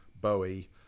Bowie